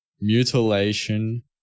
mutilation